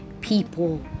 people